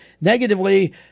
negatively